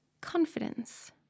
confidence